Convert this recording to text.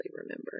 remember